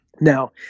Now